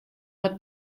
har